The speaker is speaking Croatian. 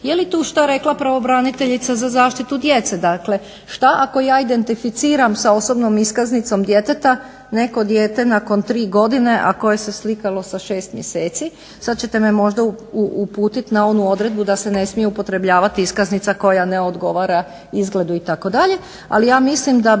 jeli tu šta rekla pravobraniteljica za zaštitu djece? Dakle šta ako ja identificiram sa osobnom iskaznicom djeteta neko dijete nakon tri godine, a koje se slikalo sa 6 mjeseci? Sada ćete me možda uputiti na onu odredbu da se ne smiju upotrebljavati iskaznica koja ne odgovara izgledu itd.,